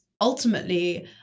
ultimately